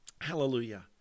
Hallelujah